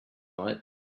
night